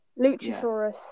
Luchasaurus